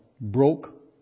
broke